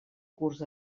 curs